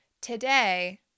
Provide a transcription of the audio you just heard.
Today